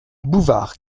bouvard